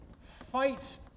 fight